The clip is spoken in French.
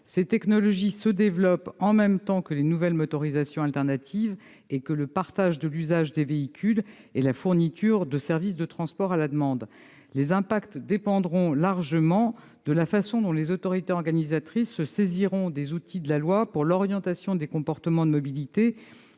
Ces technologies se développent en même temps que les nouvelles motorisations alternatives, le partage de l'usage des véhicules et la fourniture de services de transport à la demande. Les impacts dépendront largement de la façon dont les autorités organisatrices se saisiront des outils de la loi d'orientation des mobilités,